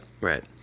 right